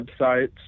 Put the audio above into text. websites